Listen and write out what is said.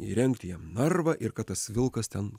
įrengti jam narvą ir kad tas vilkas ten